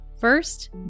First